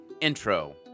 intro